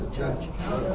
judge